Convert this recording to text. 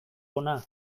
hona